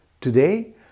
Today